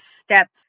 steps